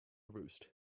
roost